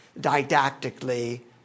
didactically